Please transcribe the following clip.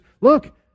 look